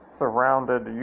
surrounded